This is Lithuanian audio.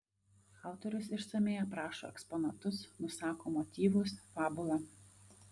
autorius išsamiai aprašo eksponatus nusako motyvus fabulą